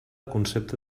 concepte